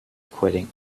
quitting